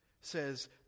says